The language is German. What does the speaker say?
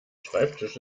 schreibtisch